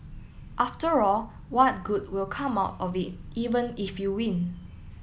after all what good will come out of it even if you win